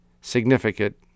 significant